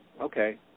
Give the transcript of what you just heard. Okay